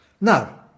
No